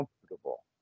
comfortable